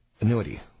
annuity